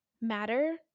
matter